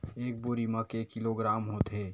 एक बोरी म के किलोग्राम होथे?